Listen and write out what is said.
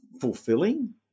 fulfilling